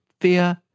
fear